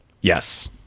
yes